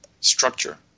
structure